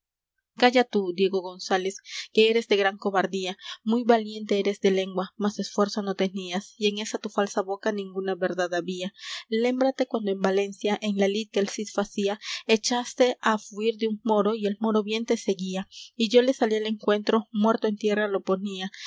calla tú diego gonzález que eres de gran cobardía muy valiente eres de lengua mas esfuerzo no tenías y en esa tu falsa boca ninguna verdad había lémbrate cuando en valencia en la lid que el cid facía echaste á fuir de un moro y el moro bien te seguía y yo le salí al encuentro muerto en tierra lo ponía